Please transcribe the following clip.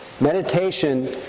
Meditation